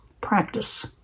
Practice